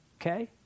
okay